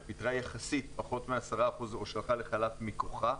אבל פיטרה יחסית פחות מ-10% או שלחה לחל"ת מכוחה.